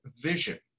vision